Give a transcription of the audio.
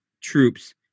troops